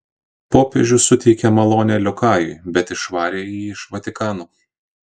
popiežius suteikė malonę liokajui bet išvarė jį iš vatikano